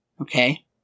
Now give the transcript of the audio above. okay